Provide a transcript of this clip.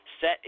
set